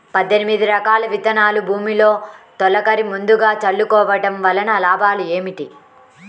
పద్దెనిమిది రకాల విత్తనాలు భూమిలో తొలకరి ముందుగా చల్లుకోవటం వలన లాభాలు ఏమిటి?